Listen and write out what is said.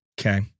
Okay